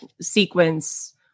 sequence